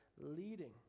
leading